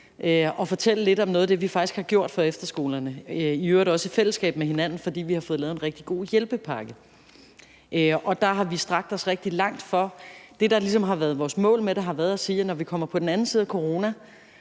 at fortælle lidt om noget af det, vi faktisk har gjort for efterskolerne, i øvrigt også i fællesskab med hinanden, fordi vi har fået lavet en rigtig god hjælpepakke, hvor vi har strakt os rigtig langt. Det, der ligesom har været vores mål med det, har været at sige, at når vi kommer på den anden side af coronaen,